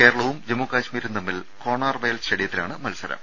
കേരളവും ജമ്മു കാശ്മീരും തമ്മിൽ കോണാർ വയൽ സ്റ്റേഡിയത്തിലാണ് മത്സരം